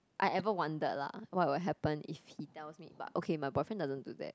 I ever wondered lah what will happen if he tells me but okay my boyfriend doesn't do that